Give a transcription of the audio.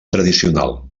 tradicional